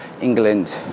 England